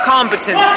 Competent